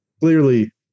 clearly